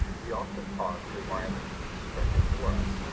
we often paused to admire the views spread before us,